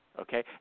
okay